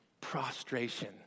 Prostration